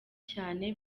cyane